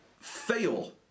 fail